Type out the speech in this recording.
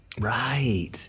Right